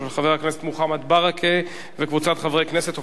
של חבר הכנסת מוחמד ברכה וקבוצת חברי הכנסת,